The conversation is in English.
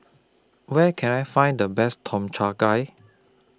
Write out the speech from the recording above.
Where Can I Find The Best Tom Cha Gai